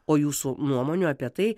o jūsų nuomonių apie tai